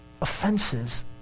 offenses